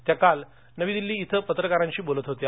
त्या काल नवी दिल्ली इथं पत्रकारांशी बोलत होत्या